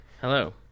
Hello